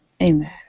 Amen